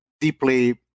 deeply